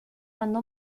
mandó